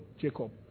Jacob